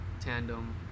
Tandem